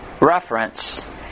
reference